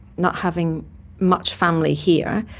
not having much family here,